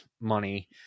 money